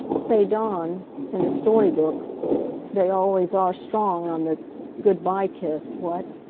say dawn in the story books they always are strong on the good-by kiss, what?